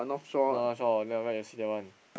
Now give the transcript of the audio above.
North-Shore then after that you see that one